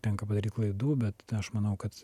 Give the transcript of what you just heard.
tenka padaryt klaidų bet aš manau kad